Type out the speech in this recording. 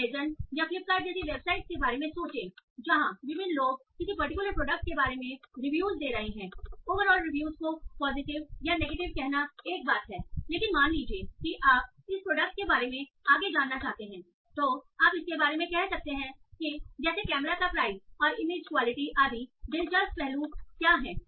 Amazon या Flipkart जैसी वेबसाइट के बारे में सोचें जहां विभिन्न लोग किसी पर्टिकुलर प्रोडक्ट के बारे में रिव्यूज दे रहे हैं ओवरऑल रिव्यूज को पॉजिटिव या नेगेटिव कहना एक बात है लेकिन मान लीजिए कि आप इस प्रोडक्ट के बारे में आगे जानना चाहते हैं तो आप इसके बारे में कह सकते हैं कि जैसे कैमरा का प्राइस और इमेज क्वालिटी आदि दिलचस्प पहलू क्या हैं